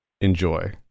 enjoy